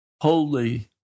Holy